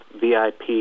VIP